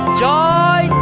joy